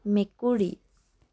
মেকুৰী